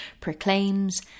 proclaims